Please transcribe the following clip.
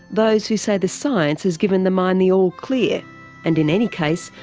those who say the science has given the mine the all-clear, and, in any case,